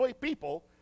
people